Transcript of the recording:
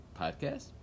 Podcast